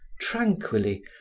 Tranquilly